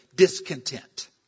discontent